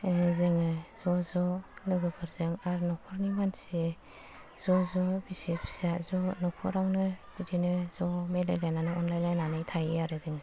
जोङो ज' ज' लोगोफोरजों आरो नख'रनि मानसि ज' ज' बिसि फिसा ज' न'खरावनो बिदिनो ज' मिलायलायनानै आनलायलायनानै थायो आरो जोङो